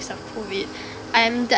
of COVID I'm definitely